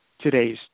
today's